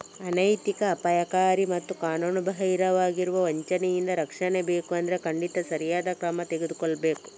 ಅನೈತಿಕ, ಅಪಾಯಕಾರಿ ಮತ್ತು ಕಾನೂನುಬಾಹಿರವಾಗಿರುವ ವಂಚನೆಯಿಂದ ರಕ್ಷಣೆ ಬೇಕು ಅಂದ್ರೆ ಖಂಡಿತ ಸರಿಯಾದ ಕ್ರಮ ತಗೊಳ್ಬೇಕು